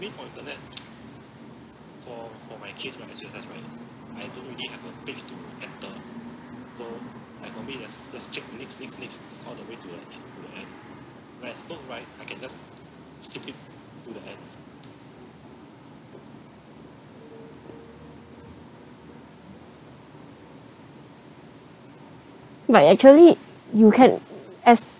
but actually you can as